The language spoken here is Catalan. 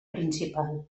principal